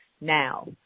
now